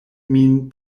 min